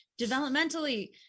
developmentally